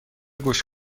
گوش